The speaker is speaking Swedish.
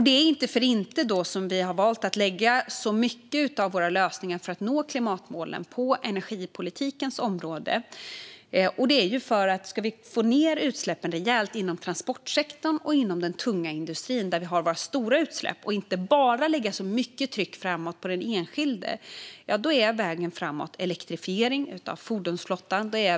Det är inte för inte som vi har valt att lägga så mycket av våra lösningar för klimatmålen på energipolitikens område. Ska vi få ned utsläppen rejält inom transportsektorn och den tunga industrin där vi har våra stora utsläpp och inte bara lägga mycket tryck framåt på den enskilde är vägen framåt elektrifiering av fordonsflottan.